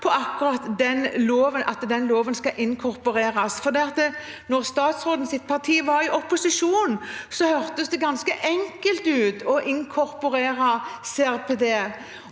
for at den skal inkorporeres? Da statsrådens parti var i opposisjon, hørtes det ganske enkelt ut å inkorporere CRPD.